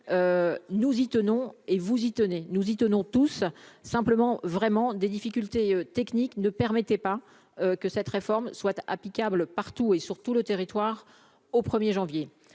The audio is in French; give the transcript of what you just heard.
nous y tenons et vous y tenez, nous y tenons tous simplement vraiment des difficultés techniques ne permettaient pas que cette réforme soit applicable partout et sur tout le territoire, au 1er janvier